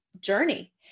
journey